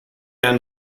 ein